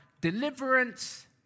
deliverance